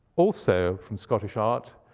also from scottish art,